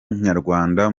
nyarwanda